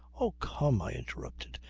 oh come! i interrupted.